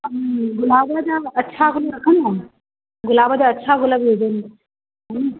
ऐं गुलाब जा अछा गुल रखंदा आहियो गुलाब जा अछा गुल बि हुजनि